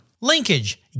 Linkage